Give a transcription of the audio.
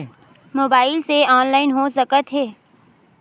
Mobile से online हो सकत हे?